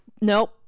Nope